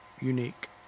unique